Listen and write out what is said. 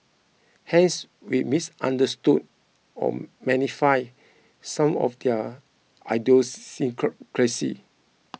hence we misunderstood or some of their